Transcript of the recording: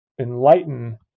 enlighten